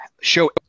show